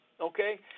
okay